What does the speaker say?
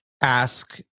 ask